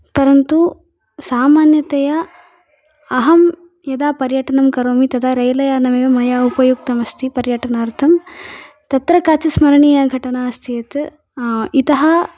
परन्तु सामान्यतया अहं यदा पर्यटनं करोमि तदा रेलयानमेव मया उपयुक्तम् अस्ति पर्यटनार्थं तत्र काचित् स्मरणीया घटना अस्ति यत् इतः